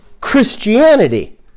Christianity